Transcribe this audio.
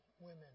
women